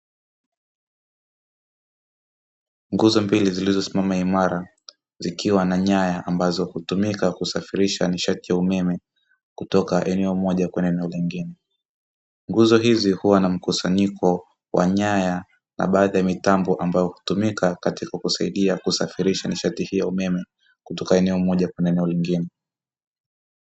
Nguzo mbili zilizosimama imara zikiwa na nyaya ambazo hutumika kusafirisha nishati ya umeme kutoka eneo moja kwenye eneo lingine. Nguzo hizi huwa na mkusanyiko wa nyaya na baadhi ya mitambo ambao hutumika katika kusaidia kusafirisha nishati hiyo umeme kutoka eneo moja kwa neno lingine.